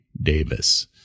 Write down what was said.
Davis